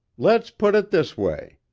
let's put it this way.